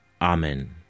Amen